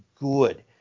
good